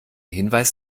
hinweis